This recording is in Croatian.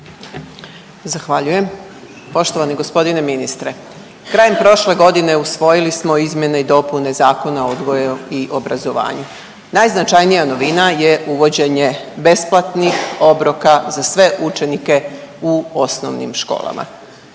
Zahvaljujem. Poštovani gospodine ministre krajem prošle godine usvojili smo izmjene i dopune Zakona o odgoju i obrazovanju. Najznačajnija novina je uvođenje besplatnih obroka za sve učenike u osnovnim školama.